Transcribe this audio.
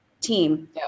team